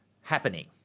happening